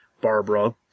Barbara